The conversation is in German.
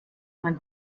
man